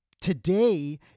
Today